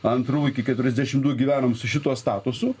antrųjų iki keturiasdešimųjų gyvenom su šituo statusu